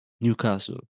Newcastle